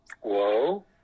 Whoa